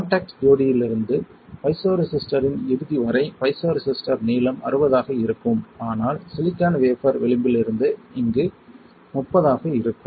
contacts ஜோடியிலிருந்து பைசோரேசிஸ்டரின் இறுதி வரை பைசோரெசிஸ்டர் நீளம் 60 ஆக இருக்கும் ஆனால் சிலிக்கான் வேஃபர் விளிம்பிலிருந்து இங்கு 30 ஆக இருக்கும்